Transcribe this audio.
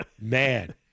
man